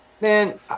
man